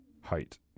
height